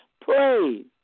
Pray